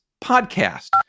podcast